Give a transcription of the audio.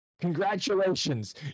Congratulations